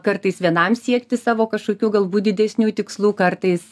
kartais vienam siekti savo kažkokių galbūt didesnių tikslų kartais